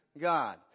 God